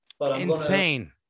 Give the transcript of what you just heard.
Insane